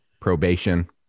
probation